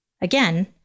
Again